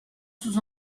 sous